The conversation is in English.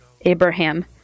Abraham